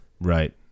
Right